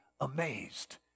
amazed